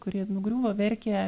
kuri nugriuvo verkė